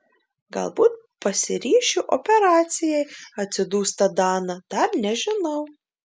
galbūt pasiryšiu operacijai atsidūsta dana dar nežinau